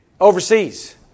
overseas